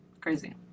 crazy